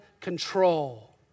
control